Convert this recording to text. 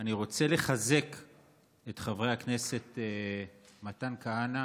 אני רוצה לחזק את חברי הכנסת מתן כהנא